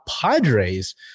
Padres